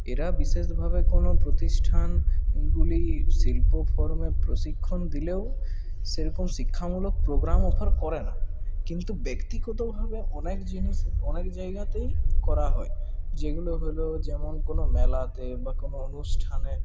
এরা বিশেষভাবে কোনও প্রতিষ্ঠানগুলি শিল্প ফর্মে প্রশিক্ষণ দিলেও সেরকম শিক্ষা মূলক প্রোগ্রাম অফার করে না কিন্তু ব্যক্তিগতভাবে অনেক জিনিস অনেক জায়গাতেই করা হয় যেগুলো হল যেমন কোনও মেলাতে বা কোনও অনুষ্ঠানে